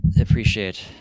appreciate